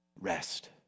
Rest